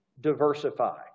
diversify